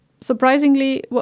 surprisingly